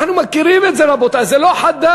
אנחנו מכירים את זה, רבותי, זה לא חדש.